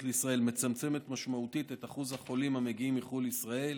לישראל מצמצמת משמעותית את אחוז החולים המגיעים מחו"ל לישראל,